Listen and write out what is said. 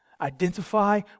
Identify